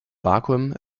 vakuum